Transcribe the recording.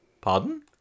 Pardon